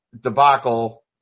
debacle